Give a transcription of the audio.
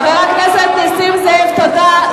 חבר הכנסת נסים זאב, תודה.